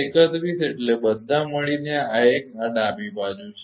એટલે બધા મળીને આ એક આ ડાબી બાજુ છે